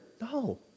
No